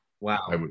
Wow